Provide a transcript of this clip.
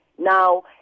now